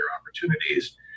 opportunities